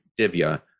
Divya